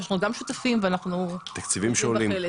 אנחנו גם שותפים ונותנים בה חלק.